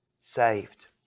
saved